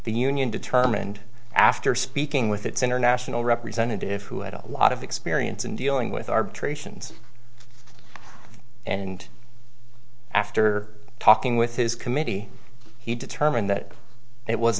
the union determined after speaking with its international representative who had a lot of experience in dealing with arbitrations and after talking with his committee he determined that it was